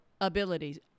abilities